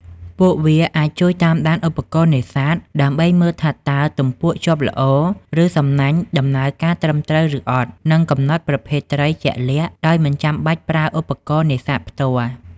ពួកវាអាចជួយតាមដានឧបករណ៍នេសាទ ដើម្បីមើលថាតើទំពក់ជាប់ល្អ ឬសំណាញ់ដំណើរការត្រឹមត្រូវឬអត់ និងកំណត់ប្រភេទត្រីជាក់លាក់ដោយមិនចាំបាច់ប្រើឧបករណ៍នេសាទផ្ទាល់។